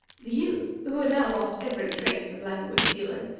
the youth, who had now lost every trace of languid feeling,